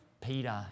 Peter